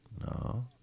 No